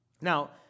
Now